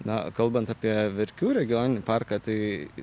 na kalbant apie verkių regioninį parką tai